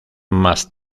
más